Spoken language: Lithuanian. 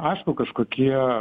aišku kažkokie